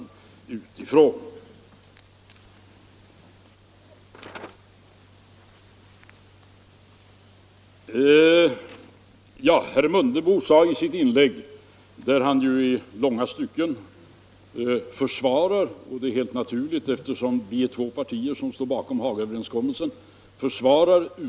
I sitt inlägg försvarade herr Mundebo utskottets skrivning och tog konsekvenserna av den — helt naturligt eftersom vi är två partier som står bakom Hagaöverenskommelsen.